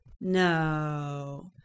no